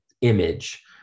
image